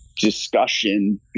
discussion